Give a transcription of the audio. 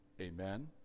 Amen